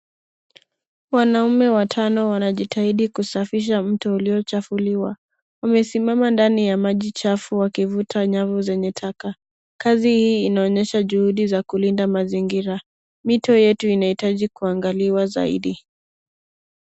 Wanaume watano wanajitahidi kusafisha mto uliochaliwa. Wamesimama ndani ya maji chafu wakivuta nyavu zenye taka. Kazi hii inaonyesha juhudi za kulinda mazingira. Mito yetu inahitaji kuangaliwa zaidi.